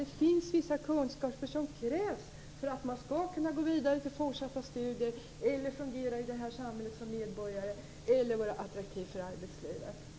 Det finns vissa kunskaper som krävs för att man skall kunna gå vidare till fortsatta studier, kunna fungera i samhället som medborgare eller vara attraktiv för arbetslivet.